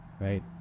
right